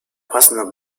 passenden